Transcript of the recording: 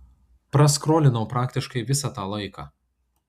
praskrolinau praktiškai visą tą laiką